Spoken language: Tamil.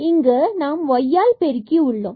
இங்கு நாம் y ஆல் பெருக்கி உள்ளோம்